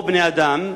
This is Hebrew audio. הו, בני-אדם,